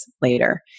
later